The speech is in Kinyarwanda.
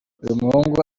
uyumuhungu